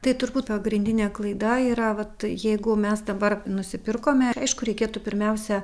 tai turbūt pagrindinė klaida yra vat jeigu mes dabar nusipirkome aišku reikėtų pirmiausia